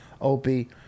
Opie